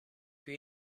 più